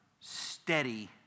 steady